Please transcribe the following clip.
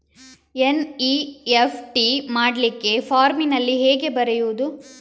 NEFT ಮಾಡ್ಲಿಕ್ಕೆ ಫಾರ್ಮಿನಲ್ಲಿ ಹೇಗೆ ಬರೆಯುವುದು?